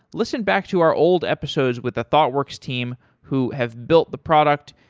listen back to our old episodes with the thoughtworks team who have built the product.